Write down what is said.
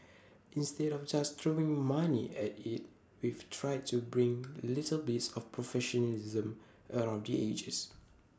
instead of just throwing money at IT we've tried to bring little bits of professionalism around the edges